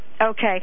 Okay